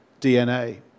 DNA